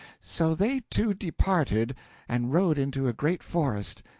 so they two departed and rode into a great forest.